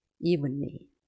evenly